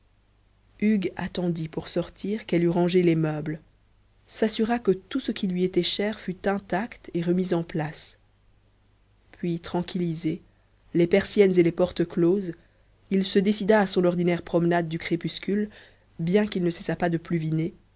hugues attendit pour sortir qu'elle eût rangé les meubles s'assura que tout ce qui lui était cher fût intact et remis en place puis tranquillisé les persiennes et les portes closes il se décida à son ordinaire promenade du crépuscule bien qu'il ne cessât pas de